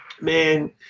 man